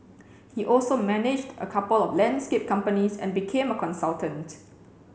he also managed a couple of landscape companies and became a consultant